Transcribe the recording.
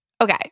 Okay